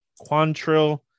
Quantrill